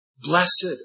Blessed